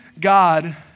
God